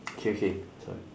okay okay sorry